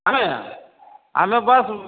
अबियै हम्मे बस